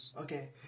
Okay